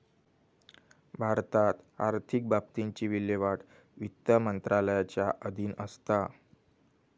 भारतात आर्थिक बाबतींची विल्हेवाट वित्त मंत्रालयाच्या अधीन असता